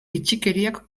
bitxikeriak